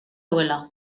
duela